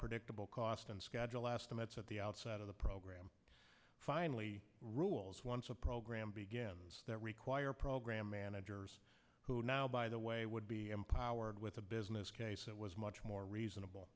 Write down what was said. predictable cost and schedule estimates at the outset of the program finally rules once a program begins that require program managers who now by the way would be empowered with a business case that was much more reasonable